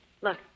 Look